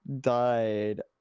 died